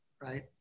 right